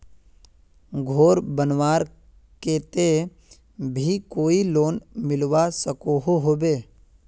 घोर बनवार केते भी कोई लोन मिलवा सकोहो होबे?